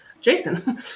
Jason